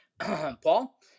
Paul